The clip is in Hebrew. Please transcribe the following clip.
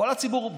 כל הציבור,